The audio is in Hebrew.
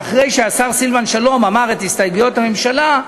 אחרי שהשר סילבן שלום אמר את הסתייגויות הממשלה,